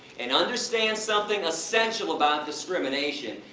and understand something essential about discrimination!